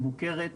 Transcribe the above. מבוקרת,